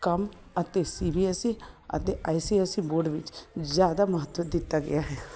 ਕਮ ਅਤੇ C B S E ਅਤੇ I C S E board ਵਿੱਚ ਜ਼ਿਆਦਾ ਮਹੱਤਵ ਦਿੱਤਾ ਗਿਆ ਹੈ